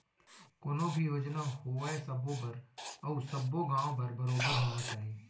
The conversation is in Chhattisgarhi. कोनो भी योजना होवय सबो बर अउ सब्बो गॉंव बर बरोबर होना चाही